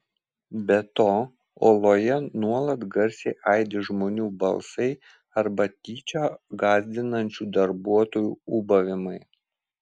be to oloje nuolat garsiai aidi žmonių balsai arba tyčia gąsdinančių darbuotojų ūbavimai